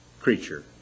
creature